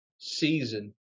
season